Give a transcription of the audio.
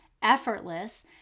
effortless